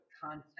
Content